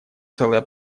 целое